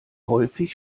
häufig